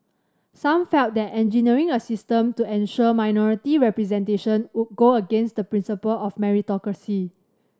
some felt that engineering a system to ensure minority representation would go against the principle of meritocracy